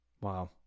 Wow